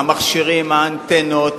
היום המכשירים, האנטנות,